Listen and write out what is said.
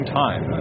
time